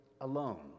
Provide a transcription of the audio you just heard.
alone